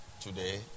today